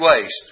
waste